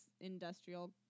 industrial